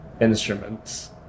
instruments